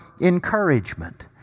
encouragement